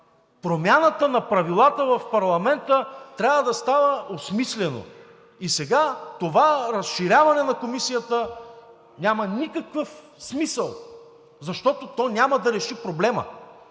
Промяната на правилата в парламента трябва да става осмислено. И сега това разширяване на Комисията няма никакъв смисъл, защото то няма да реши проблема.